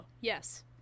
Yes